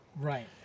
Right